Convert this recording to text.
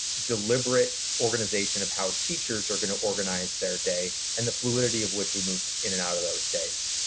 deliberate organization of how teachers are gonna organize their day and the fluidity of which we move in and out of those days.